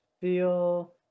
feel